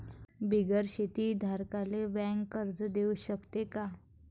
बिगर शेती धारकाले बँक कर्ज देऊ शकते का?